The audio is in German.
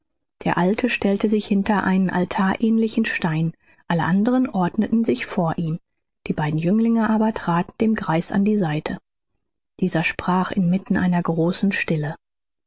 der alte stellte sich hinter einen altarähnlichen stein alle anderen ordneten sich vor ihm die beiden jünglinge aber traten dem greis an die seite dieser sprach inmitten einer großen stille